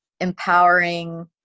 empowering